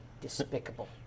Despicable